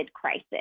crisis